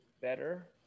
better